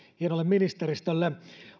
hienolle ministeristölle